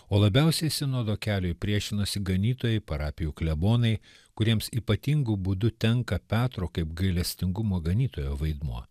o labiausiai sinodo keliui priešinosi ganytojai parapijų klebonai kuriems ypatingu būdu tenka petro kaip gailestingumo ganytojo vaidmuo